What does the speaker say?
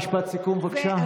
משפט סיכום, בבקשה.